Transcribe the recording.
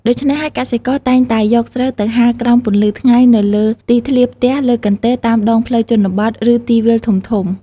ដូច្នេះហើយ កសិករតែងតែយកស្រូវទៅហាលក្រោមពន្លឺថ្ងៃនៅលើទីធ្លាផ្ទះ លើកន្ទេល តាមដងផ្លូវជនបទ ឬទីវាលធំៗ។